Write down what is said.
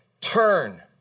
Turn